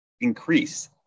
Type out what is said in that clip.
increase